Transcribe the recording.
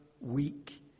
weak